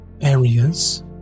areas